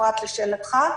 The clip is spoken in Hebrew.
בפרט לשאלתך,